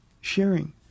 sharing